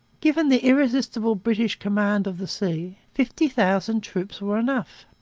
given the irresistible british command of the sea, fifty thousand troops were enough.